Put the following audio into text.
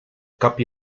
cap